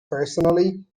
personally